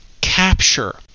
capture